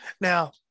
Now